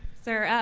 sir,